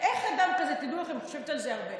איך אדם כזה, ותדעו לכם, אני חושבת על זה הרבה,